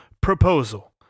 proposal